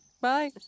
Bye